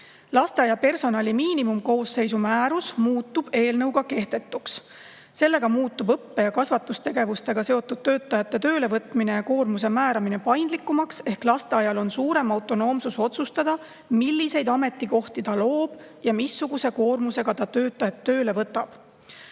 Lasteaiapersonali miinimumkoosseisu määrus muutub eelnõuga kehtetuks. Sellega muutub õppe‑ ja kasvatustegevusega seotud töötajate töölevõtmine ja koormuste määramine paindlikumaks. Lasteaial on suurem autonoomsus otsustada, milliseid ametikohti ta loob ja missuguse koormusega ta töötajaid tööle võtab.